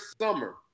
summer